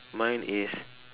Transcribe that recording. mine is